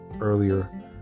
earlier